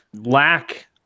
lack